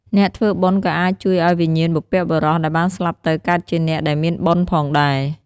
អ្នកធ្វើបុណ្យ ក៏អាចជួយឲ្យវិញ្ញាណបុព្វបុរសដែលបានស្លាប់ទៅកើតជាអ្នកដែលមានបុណ្យផងដែរ។